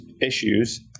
issues